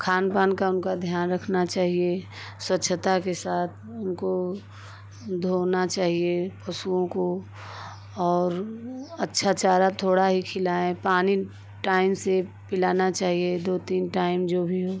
खान पान का उनका ध्यान रखना चाहिए स्वच्छता के साथ उनको धोना चाहिए पशुओं को और अच्छा चारा थोड़ा ही खिलाएँ पानी टाइम से पिलाना चाहिए दो तीन टाइम जो भी हो